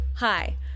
Hi